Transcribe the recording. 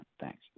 Thanks